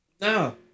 No